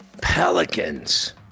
pelicans